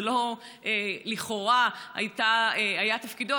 זה לכאורה לא היה תפקידו,